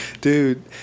dude